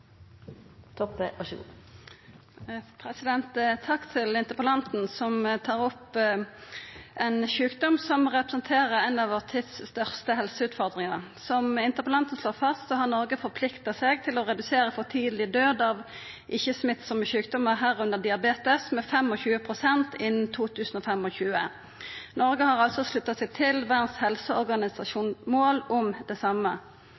Takk til interpellanten, som tar opp ein sjukdom som representerer ei av vår tids største helseutfordringar. Som interpellanten slår fast, har Noreg forplikta seg til å redusera førekomsten av for tidleg død som følgje av ikkje-smittsame sjukdommar, medrekna diabetes, med 25 pst. innan 2025. Noreg har altså slutta seg til Verdas helseorganisasjon sitt mål om det same.